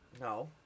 No